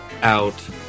out